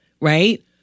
Right